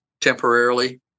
temporarily